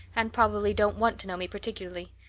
and probably don't want to know me particularly.